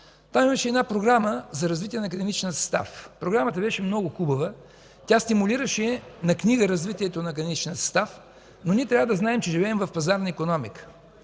Там имаше една Програма за развитие на академичния състав. Програмата беше много хубава. Тя стимулираше на книга развитието на академичния състав, но ние трябва да знаем, че живеем в пазарна икономика.